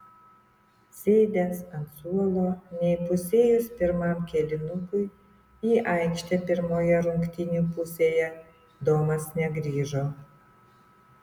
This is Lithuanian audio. sėdęs ant suolo neįpusėjus pirmam kėlinukui į aikštę pirmoje rungtynių pusėje domas negrįžo